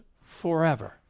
forever